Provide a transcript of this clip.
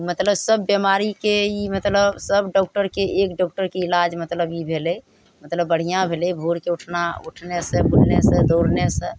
मतलब सब बीमारीके ई मतलब सब डॉक्टरके एक डॉक्टरके इलाज मतलब ई भेलय मतलब बढ़िआँ भेलय भोरके उठना उठनेसँ बुलनेसँ दौड़नेसँ